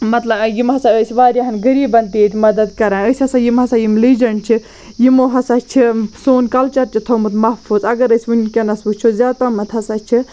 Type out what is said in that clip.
مطلہ یِم ہسا ٲسۍ واریاہَن غریٖبَن تہِ ییٚتہِ مدد کران أسۍ ہسا یِم ہسا یِم لیجَنٛٹ چھِ یِمو ہسا چھِ سون کَلچَر تہِ تھوومُت محفوٗظ اگر أسۍ وٕنۍکٮ۪نَس وٕچھو زیادٕ پہمَتھ ہسا چھِ